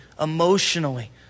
emotionally